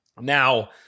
Now